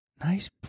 Nice